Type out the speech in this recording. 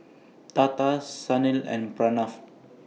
Tata Sunil and Pranav